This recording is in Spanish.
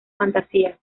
fantasía